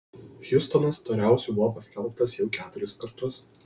hjustonas storiausiu buvo paskelbtas jau keturis kartus